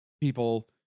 people